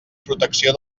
protecció